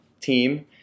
team